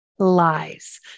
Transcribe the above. lies